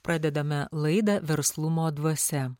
pradedame laidą verslumo dvasia